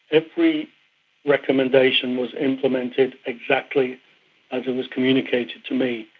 every recommendation was implemented exactly as it was communicated to me.